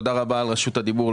תודה רבה על רשות הדיבור,